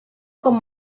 com